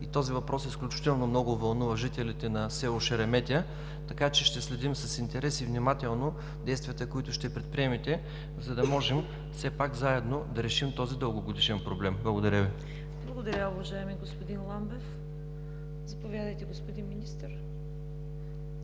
и този въпрос изключително много вълнува жителите на село Шереметя, така че ще следим с интерес и внимателно действията, които ще предприемете, за да можем все пак заедно да решим този дългогодишен проблем. Благодаря Ви. ПРЕДСЕДАТЕЛ ЦВЕТА КАРАЯНЧЕВА: Благодаря, уважаеми господин Ламбев.